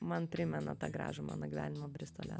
man primena tą gražų mano gyvenimą bristolio